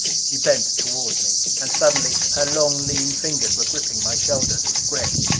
she bent toward me. and suddenly her long, lean fingers were gripping my shoulders. gregg,